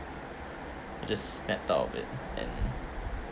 I just snapped out of it and